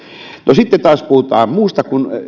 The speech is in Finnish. sitten taas kun puhutaan muusta kuin